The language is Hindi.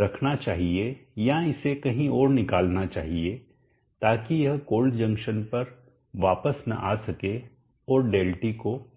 रखना चाहिए या इसे कहीं और निकालना चाहिए ताकि यह कोल्ड जंक्शन पर वापस न आ सके और Δt को कम कर सके